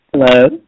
Hello